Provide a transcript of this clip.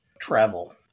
travel